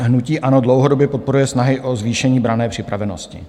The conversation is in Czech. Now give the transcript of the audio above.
Hnutí ANO dlouhodobě podporuje snahy o zvýšení branné připravenosti.